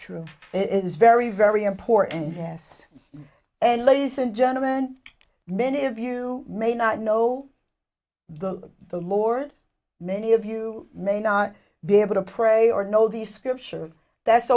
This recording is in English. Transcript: true it is very very important yes and ladies and gentleman many of you may not know the the lord many of you may not be able to pray or know the scripture that's